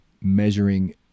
measuring